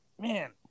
man